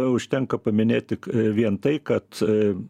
užtenka paminėti vien tai kad